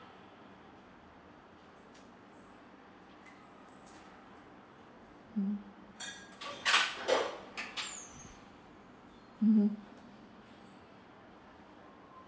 mmhmm mmhmm